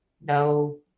no